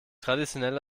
traditionell